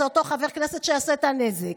זה אותו חבר כנסת שיעשה את הנזק.